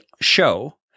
show